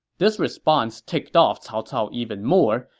this response ticked off cao cao even more,